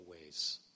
ways